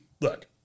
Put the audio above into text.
Look